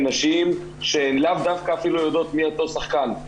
נשים שהן לאו דווקא אפילו יודעות מי אותו שחקן,